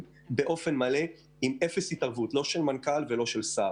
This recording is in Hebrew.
באופן בלעדי ובלי התערבות המנכ"ל והשר.